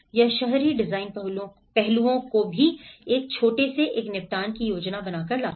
यह शहरी डिजाइन पहलुओं को भी एक छोटे से एक निपटान की योजना बनाकर लाता है